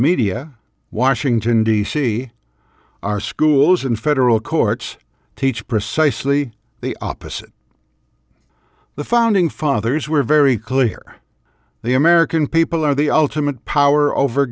media washington d c our schools and federal courts teach precisely the opposite the founding fathers were very clear the american people are the ultimate power over